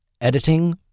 Editing